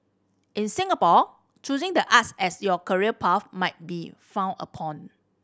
in Singapore choosing the arts as your career path might be frowned upon